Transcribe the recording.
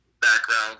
background